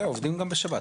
עובדים גם בשבת.